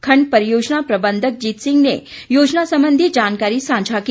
खंड परियोजना प्रबंधक जीत सिंह ने योजना संबंधी जानकारी सांझा की